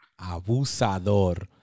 Abusador